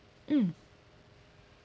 mm